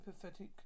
pathetic